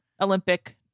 Olympic